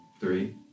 three